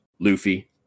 Luffy